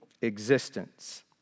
existence